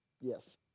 Yes